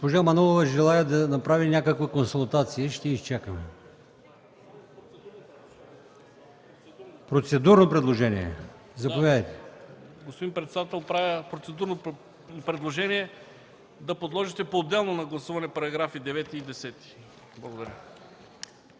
Госпожа Манолова желае да направи някаква консултация и ще я изчакаме. За процедурно предложение – заповядайте. ЧЕТИН КАЗАК (ДПС): Господин председател, правя процедурно предложение да подложите на отделно гласуване параграфи 9 и 10. Благодаря